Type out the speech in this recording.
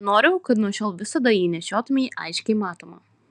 noriu kad nuo šiol visada jį nešiotumei aiškiai matomą